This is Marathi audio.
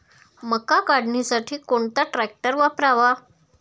मका काढणीसाठी कोणता ट्रॅक्टर वापरावा?